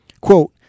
Quote